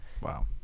Wow